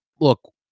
look